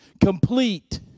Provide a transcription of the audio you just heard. complete